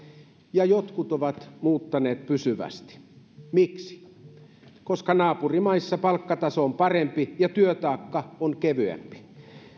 ja jotkut ovat muuttaneet pysyvästi miksi koska naapurimaissa palkkataso on parempi ja työtaakka on kevyempi